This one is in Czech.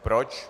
Proč?